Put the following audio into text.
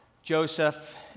Joseph